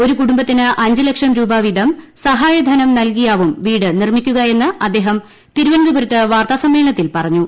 ഒരു കുടുംബത്തിന് അഞ്ച് ലക്ഷം രൂപ വീതം സഹായധനം നൽകിയാവും വീട് നിർമിക്കുകയെന്ന് അദ്ദേഹം തിരുവനന്തപുരത്ത് വാർത്താസമ്മേളന്ത്രിൽ പറഞ്ഞു